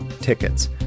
tickets